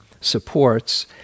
supports